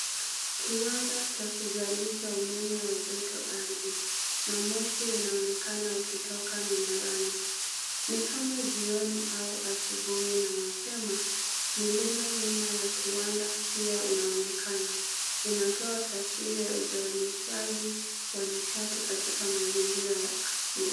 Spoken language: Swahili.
Kiwanda cha kuzalisha umeme wa jotoardhi na moshi unaonekana ukitoka minarani. Ni kama jioni ama asubuhi na mapema. MIlima nyuma ya kiwanda pia inaonekana. Inatoa taswira ya uzalishaji wa nishati katika mazingira ya asili.